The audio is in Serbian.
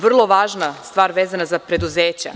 Vrlo važna stvar vezana za preduzeća.